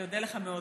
אני אודה לך מאוד.